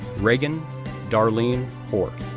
regan darlene hoar,